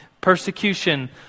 Persecution